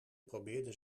probeerde